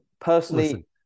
Personally